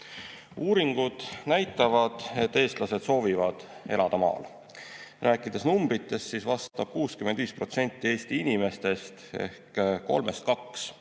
Uuringud näitavad, et eestlased soovivad elada maal. Kui rääkida numbritest, siis vastab 65% Eesti inimestest ehk kolmest kaks,